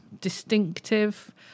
distinctive